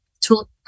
tool